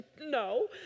no